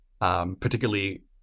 Particularly